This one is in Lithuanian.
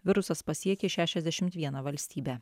virusas pasiekė šešiasdešimt vieną valstybę